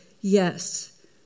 yes